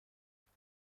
دیگه